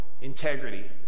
Integrity